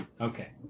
Okay